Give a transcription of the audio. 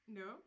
no